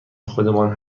خودمان